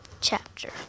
chapter